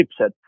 chipset